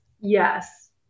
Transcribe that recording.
Yes